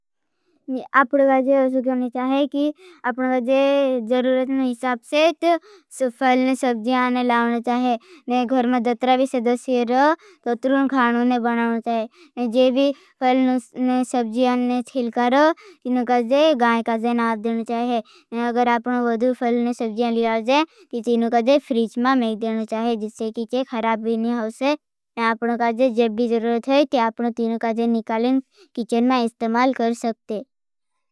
आपका जरूरतना हिसाप से तो फरल ने सबजियानने लावने चाहें। घर में दत्रावी सदस्येरों तो तुरुण खानोंने बनावने चाहें। जे भी फरल ने सबजियानने खिल करो। तीनों काजे गाए काजे नाव देने चाहें। अगर आपना वदु फरल ने सबजियानने लावने चाहें। तीनों काजे फ्रीज में मेंग देने चाहें। जिसे किचे खराब ही नहीं होगे। आपना काजे जब भी जरूरत है। तीनों काजे निकलें किचेन में इस्तेमाल कर सकते।